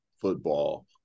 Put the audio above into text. football